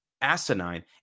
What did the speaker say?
asinine